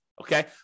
Okay